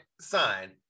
sign